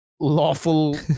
lawful